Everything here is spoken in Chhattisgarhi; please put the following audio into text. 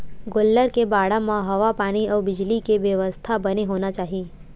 गोल्लर के बाड़ा म हवा पानी अउ बिजली के बेवस्था बने होना चाही